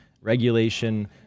regulation